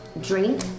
drink